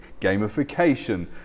gamification